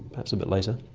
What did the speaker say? perhaps a bit later,